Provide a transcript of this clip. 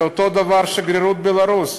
ואותו דבר שגרירות בלרוס,